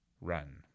run